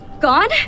gone